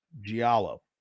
giallo